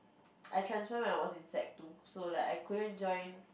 I transfer when I was in sec two so like I couldn't join